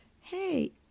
Hey